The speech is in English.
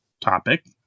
topic